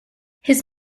his